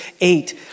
eight